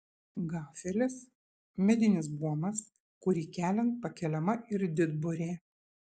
gafelis medinis buomas kurį keliant pakeliama ir didburė